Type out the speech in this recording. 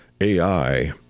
AI